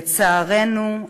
לצערנו,